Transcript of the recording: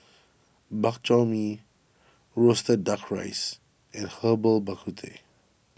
Bak Chor Mee Roasted Duck Rice and Herbal Bak Ku Teh